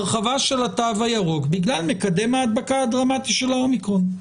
הרחבה של התו הירוק בגלל מקדם ההדבקה הדרמטי של ה-אומיקרון?